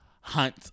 hunt